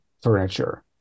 furniture